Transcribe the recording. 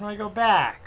um go back